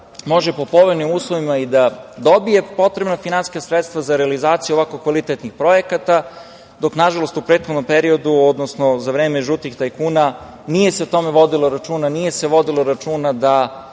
može po povoljnim uslovima i da dobije potrebna finansijska sredstva za realizaciju ovako kvalitetnih projekata, dok na žalost u prethodnom periodu, odnosno za vreme žutih tajkuna, nije se o tome vodilo računa, nije se vodilo računa